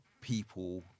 people